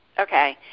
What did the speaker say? Okay